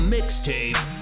Mixtape